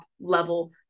level